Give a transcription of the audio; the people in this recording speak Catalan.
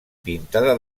pintada